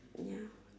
ya